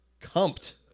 Compt